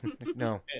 No